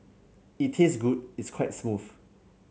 it tastes good it's quite smooth